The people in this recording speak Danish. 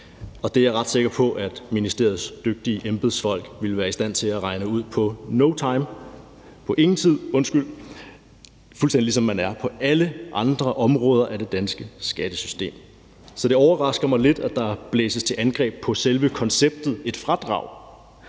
Det er jeg ret sikker på at ministeriets dygtige embedsfolk ville være i stand til at regne ud på no time, undskyld, på ingen tid – fuldstændig ligesom man er det i forbindelse med alle andre områder af det danske skattesystem. Så det overrasker mig lidt, at der blæses til angreb på selve konceptet om et fradrag.